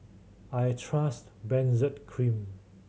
I trust Benzac Cream